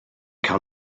cael